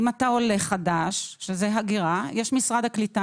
אם אתה עולה חדש שזאת הגירה, יש את משרד הקליטה.